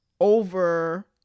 over